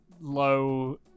low